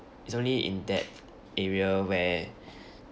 it's only in that area where